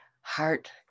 heart